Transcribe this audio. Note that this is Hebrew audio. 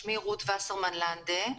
שמי רות וסרמן לנדה.